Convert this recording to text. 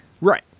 Right